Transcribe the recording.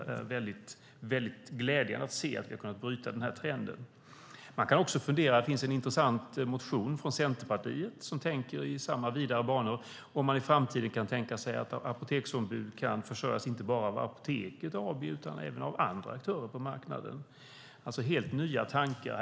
Det är väldigt glädjande att se att vi har kunnat bryta den tidigare trenden. Det finns en intressant motion från Centerpartiet, som tänker i samma vidare banor, om att man i framtiden kan tänka sig att apoteksombuden kan försörjas inte bara av Apoteket AB utan även av andra aktörer på marknaden. Det är alltså helt nya tankar.